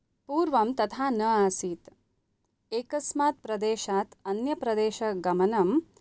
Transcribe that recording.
पूर्वं तथा न आसीत् एकस्मात् प्रदेशात् अन्यप्रदेशगमनं